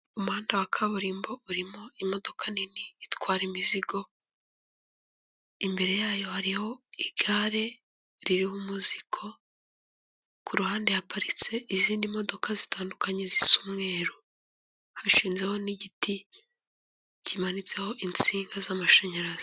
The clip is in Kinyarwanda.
Umuhanda wa kaburimbo urimo imodoka nini itwara imizigo, imbere yayo hariho igare ririho umuzigo ku ruhande haparitse izindi modoka zitandukanye, zisa umweru, hashinzeho n'igiti kimanitseho insinga z'amashanyarazi.